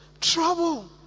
trouble